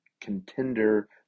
contender